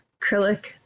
acrylic